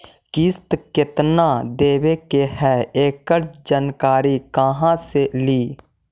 किस्त केत्ना देबे के है एकड़ जानकारी कहा से ली?